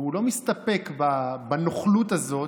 והוא לא מסתפק בנוכלות הזאת,